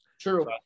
True